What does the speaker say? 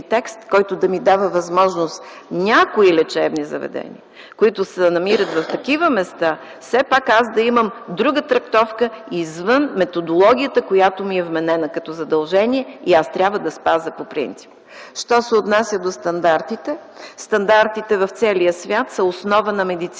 текст, който да ми дава възможност някои лечебни заведения, които се намират в такива места, все пак аз да имам друга трактовка извън методологията, която ми е вменена като задължение и аз трябва да спазя по принцип. Що се отнася до стандартите, в цял свят те са основа на медицината.